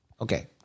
Okay